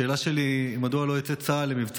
השאלה שלי היא מדוע צה"ל לא יוצא למבצע